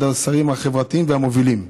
אחד השרים החברתיים והמובילים.